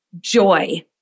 joy